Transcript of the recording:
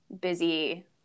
busy